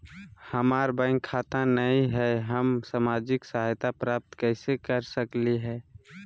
हमार बैंक खाता नई हई, हम सामाजिक सहायता प्राप्त कैसे के सकली हई?